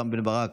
רם בן ברק,